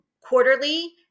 quarterly